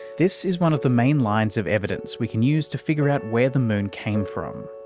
this is one of the main lines of evidence we can use to figure out where the moon came from.